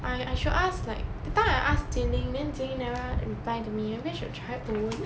I I should ask like that time I asked zi ling then zi ling never reply to me maybe should try owen